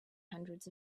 hundreds